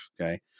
Okay